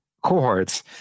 cohorts